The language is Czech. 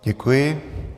Děkuji.